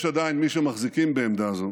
יש עדיין מי שמחזיקים בעמדה זו,